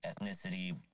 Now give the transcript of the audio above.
ethnicity